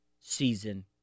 season